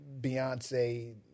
Beyonce